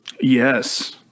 Yes